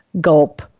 gulp